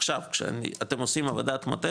עכשיו שאתם עושים עבודת מטה,